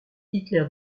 hitler